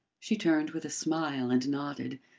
she turned with a smile and nodded.